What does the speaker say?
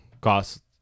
cost